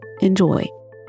Enjoy